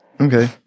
Okay